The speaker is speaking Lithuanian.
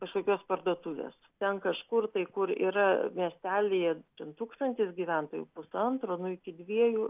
kažkokios parduotuvės ten kažkur tai kur yra miestelyje ten tūkstantis gyventojų pusantro nu iki dviejų